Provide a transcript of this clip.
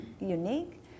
unique